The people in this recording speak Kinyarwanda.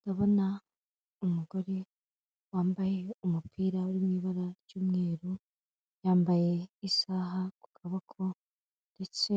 Ndabona umugore wambaye umupira uri mu ibara ry'umweru yambaye isaha ku kaboko ndetse